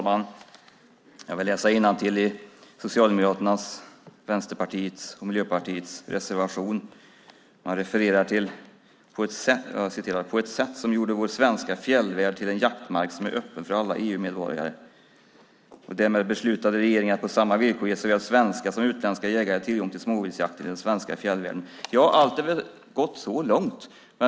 Herr talman! I Socialdemokraternas, Vänsterpartiets och Miljöpartiets reservation står det att regeringen ändrade rennäringsförordningen - jag läser innantill - "på ett sätt som gjorde vår svenska fjällvärld till en jaktmark som är öppen för alla EU-medborgare. Därmed beslutade regeringen att på samma villkor ge såväl svenska som utländska jägare tillgång till småviltsjakten i den svenska fjällvärlden." Det är väl gott så långt.